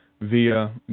Via